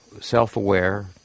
self-aware